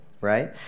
right